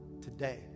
today